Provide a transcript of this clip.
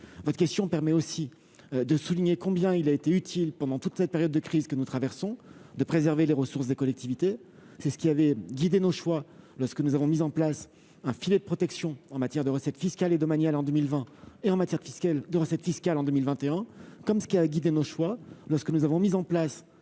Votre question me permet aussi de souligner combien il a été utile, pendant toute cette période de crise que nous traversons, de préserver les ressources des collectivités. C'est ce qui avait guidé nos choix lorsque nous avons mis en place un filet de protection en matière de recettes fiscales et domaniales en 2020, et en matière de recettes fiscales en 2021. De la même manière, c'est ce qui a guidé nos choix lorsque nous avons mis en place